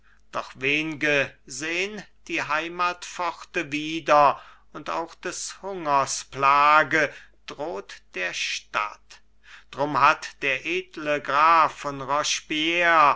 doch wen'ge sehn die heimatpforte wieder und auch des hungers plage droht der stadt drum hat der edle graf von